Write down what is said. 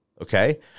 Okay